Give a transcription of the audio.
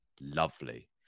lovely